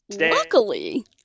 luckily